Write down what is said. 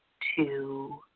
two,